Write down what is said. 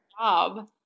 job